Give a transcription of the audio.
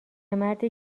مردی